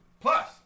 Plus